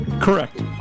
Correct